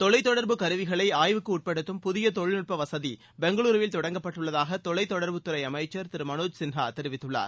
தொலைத் தொடர்பு கருவிகளை ஆய்வுக்குட்படுத்தும் புதிய தொழில்நுட்ப வசதி பெங்களுருவில் தொடங்கப்பட்டுள்ளதாக தொலைத்தொடர்புத்துறை அமைச்சர் திரு மனோஜ் சின்ஹா தெரிவித்துள்ளார்